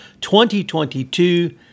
2022